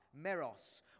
meros